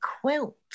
quilt